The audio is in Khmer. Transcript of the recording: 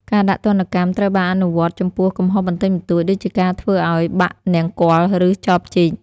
ការដាក់ទណ្ឌកម្មត្រូវបានអនុវត្តចំពោះកំហុសបន្តិចបន្តួច ដូចជាការធ្វើឱ្យបាក់នង្គ័ល ឬចបជីក។